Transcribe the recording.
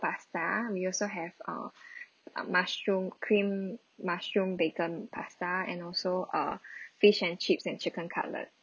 pasta we also have err mushroom cream mushroom bacon pasta and also err fish and chips and chicken cutlet